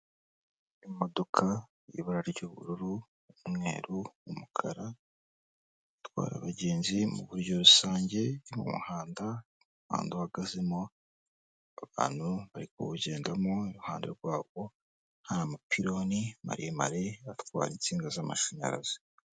Imodoka y'ibara ry'ubururu, umweru, umukara, itwara abagenzi mu buryo rusange mu muhanda. Umuhanda uhagazemo abantu bari kuwugendamo, iruhande rwabo hari amapironi maremare atwara insinga z'amashanyarazi.